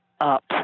up